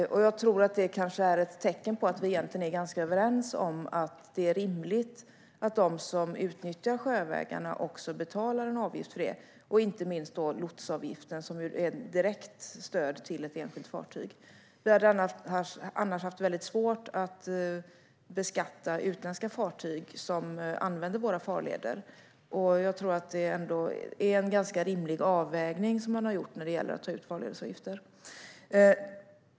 Det kanske är ett tecken på att vi egentligen är ganska överens om att det är rimligt att de som utnyttjar sjövägarna också betalar en avgift för det, inte minst lotsavgiften, som är ett direkt stöd till ett enskilt fartyg. Vi hade annars haft väldigt svårt att beskatta utländska fartyg som använder våra farleder. Jag tror att man har gjort en ganska rimlig avvägning när det gäller att ta ut farledsavgifter.